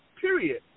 Period